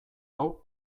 hau